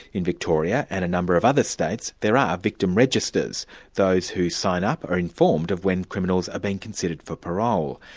in victoria and a number of other states, there are victim registers those who sign up are informed of when criminals are being considered for parole.